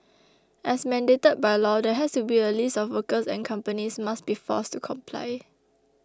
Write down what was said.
as mandated by law there has to be a list of workers and companies must be forced to comply